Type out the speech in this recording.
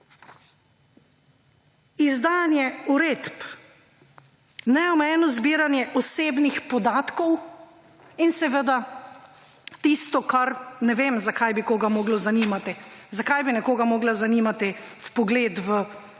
Izdajanje uredb, neomejeno zbiranje osebnih podatkov in seveda tisto, kar ne vem, zakaj bi koga moralo zanimati, zakaj bi nekoga moral zanimati vpogled v moje